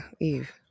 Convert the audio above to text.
eve